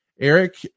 Eric